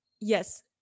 yes